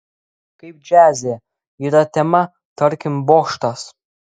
kaip džiaze yra tema tarkim bokštas